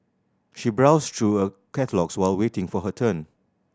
she browsed through a catalogues while waiting for her turn